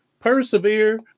persevere